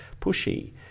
pushy